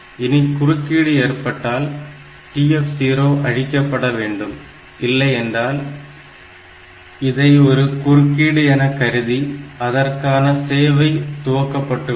இனி குறுக்கீடு ஏற்பட்டால் TF0 அழிக்கப்பட வேண்டும் இல்லை என்றால் இதை ஒரு குறுக்கீடு என கருதி அதற்கான சேவை துவங்கப்பட்டுவிடும்